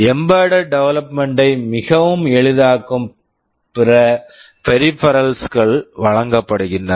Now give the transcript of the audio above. embedded development embedded development ஐ மிகவும் எளிதாக்கும் பிற பெரிபெரல்ஸ் pheripherals கள் வழங்கப்படுகின்றன